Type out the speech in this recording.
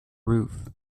roof